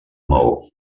maó